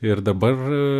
ir dabar